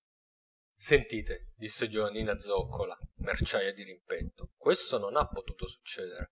casa sentite disse giovannina zoccola merciaia di rimpetto questo non ha potuto succedere